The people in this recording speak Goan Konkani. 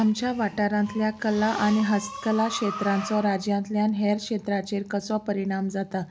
आमच्या वाठारांतल्या कला आनी हस्तकला क्षेत्रांचो राज्यांतल्यान हेर क्षेत्राचेर कसो परिणाम जाता